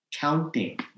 Counting